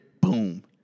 Boom